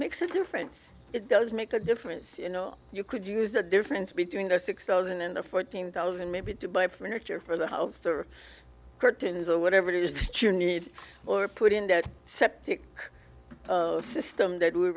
makes a difference it does make a difference you know you could use the difference between a six thousand and fourteen thousand maybe to buy furniture for the house or curtains or whatever it is that you need or put in that septic system that we